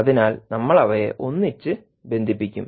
അതിനാൽ നമ്മൾ അവയെ ഒന്നിച്ച് ബന്ധിപ്പിക്കും